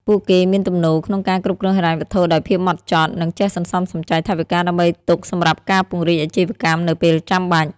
ពួកគេមានទំនោរក្នុងការគ្រប់គ្រងហិរញ្ញវត្ថុដោយភាពម៉ត់ចត់ និងចេះសន្សំសំចៃថវិកាដើម្បីទុកសម្រាប់ការពង្រីកអាជីវកម្មនៅពេលចាំបាច់។